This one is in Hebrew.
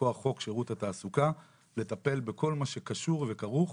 מכוח חוק שירות התעסוקה לטפל בכל מה שקשור וכרוך